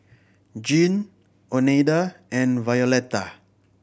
Gene Oneida and Violetta